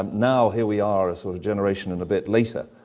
um now here we are, a sort of generation and a bit later,